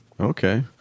Okay